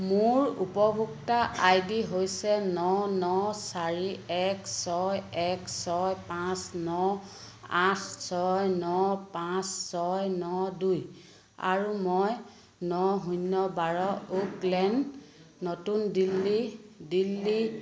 মোৰ উপভোক্তা I D হৈছে ন ন চাৰি এক ছয় এক ছয় পাঁচ ন আঠ ছয় ন পাঁচ ছয় ন দুই আৰু মই ন শূন্য বাৰ ওক লেন নতুন দিল্লী দিল্লী